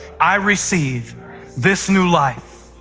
i receive this new life.